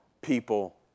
people